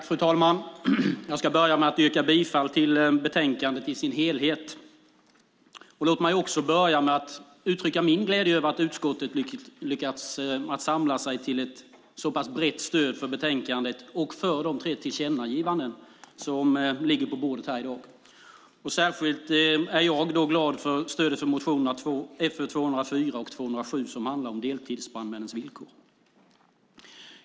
Fru talman! Jag ska börja med att yrka bifall till förslaget i betänkandet i sin helhet. Låt mig också börja med att uttrycka min glädje över att utskottet har lyckats samla sig till ett så pass brett stöd för betänkandet och för de tre tillkännagivanden som ligger på bordet här i dag. Jag är särskilt glad för stödet till motionerna Fö204 och Fö207, som handlar om deltidsbrandmännens villkor.